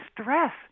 stress